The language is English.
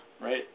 Right